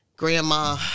Grandma